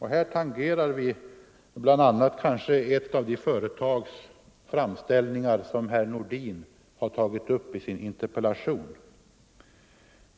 Här tangerar vi framställningar från ett av de företag herr Nordin tagit upp i sin interpellation.